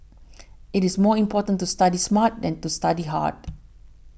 it is more important to study smart than to study hard